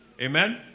Amen